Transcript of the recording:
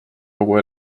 kogu